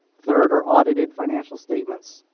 third are audited financial statements,